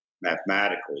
mathematically